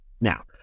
Now